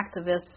activists